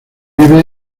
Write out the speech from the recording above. vive